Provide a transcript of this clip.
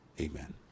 Amen